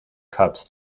cups